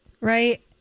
right